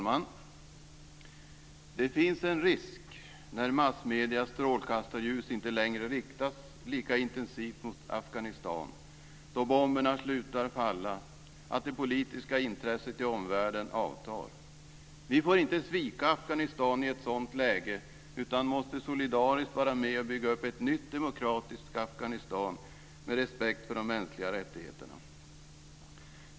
Fru talman! När massmediernas strålkastarljus inte längre riktas lika intensivt mot Afghanistan, då bomberna slutar falla, finns det risk för att det politiska intresset i omvärlden avtar. Vi får inte svika Afghanistan i ett sådant läge utan måste solidariskt vara med och bygga upp ett nytt, demokratiskt Afghanistan med respekt för de mänskliga rättigheterna.